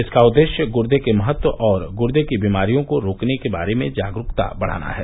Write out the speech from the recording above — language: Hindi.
इसका उद्देश्य गुर्दे के महत्व और गुर्दे की बीमारियों को रोकने के बारे में जागरूकता बढ़ाना है